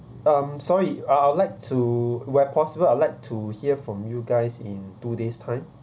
um sorry I'll like to where possible I'll like to hear from you guys in two day's time